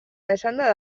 esanda